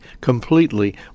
completely